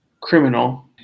criminal